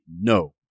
No